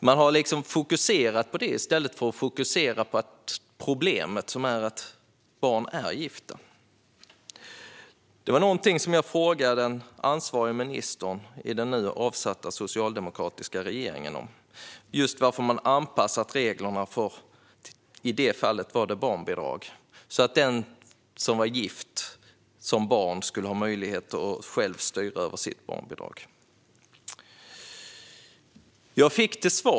Man har liksom fokuserat på det i stället för på problemet, som är att barn är gifta. Detta är någonting jag frågade den ansvariga ministern i den nu avsatta socialdemokratiska regeringen om - varför man anpassat reglerna för i det fallet barnbidrag så att den som blivit gift som barn skulle ha möjlighet att själv styra över sitt barnbidrag.